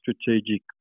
strategic